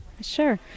sure